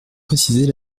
préciser